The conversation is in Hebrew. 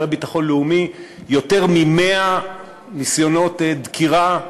ביטחון לאומי יותר מ-100 ניסיונות דקירה,